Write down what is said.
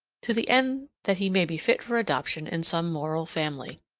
to the end that he may be fit for adoption in some moral family.